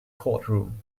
courtroom